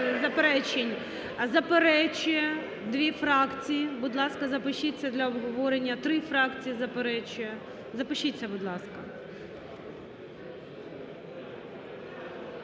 Заперечує дві фракції. Будь ласка, запишіться для обговорення. Три фракції заперечує. Запишіться, будь ласка.